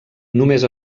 només